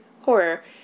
horror